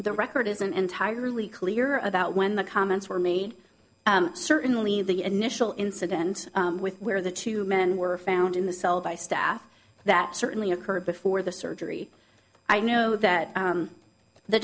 the record isn't entirely clear about when the comments were made certainly the initial incident with where the two men were found in the cell by staff that certainly occurred before the surgery i know that